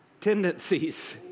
tendencies